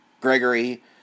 Gregory